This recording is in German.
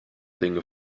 dinge